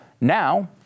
Now